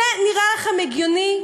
זה נראה לכם הגיוני?